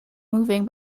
moving